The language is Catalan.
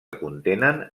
contenen